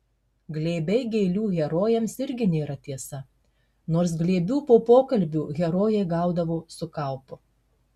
glėbiai gėlių herojams irgi nėra tiesa nors glėbių po pokalbių herojai gaudavo su kaupu